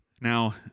Now